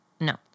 No